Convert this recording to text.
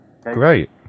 Great